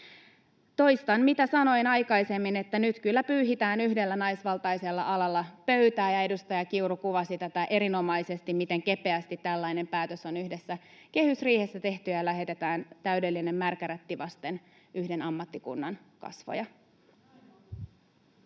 Toistan, mitä sanoin aikaisemmin, että nyt kyllä pyyhitään yhdellä naisvaltaisella alalla pöytää. Edustaja Kiuru kuvasi tätä erinomaisesti, miten kepeästi tällainen päätös on yhdessä kehysriihessä tehty ja miten lähetetään täydellinen märkä rätti vasten yhden ammattikunnan kasvoja.